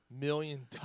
million